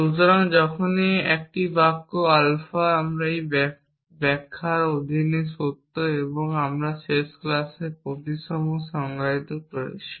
সুতরাং যখনই একটি বাক্য আলফা একটি ব্যাখ্যার অধীনে সত্য এবং আমরা শেষ ক্লাসে প্রতিসম সংজ্ঞায়িত করেছি